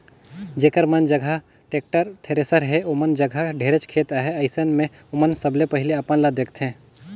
जेखर मन जघा टेक्टर, थेरेसर हे ओमन जघा ढेरेच खेत अहे, अइसन मे ओमन सबले पहिले अपन ल देखथें